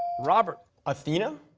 robert. athena?